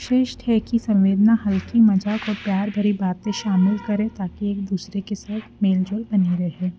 श्रेष्ठ है कि संवेदना हल्का मज़ाक और प्यार भरी बातें शामिल करें ताकि एक दूसरे के साथ मेल जोल बना रहे